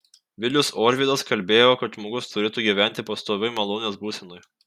vilius orvydas kalbėjo kad žmogus turėtų gyventi pastovioj malonės būsenoj